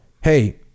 hey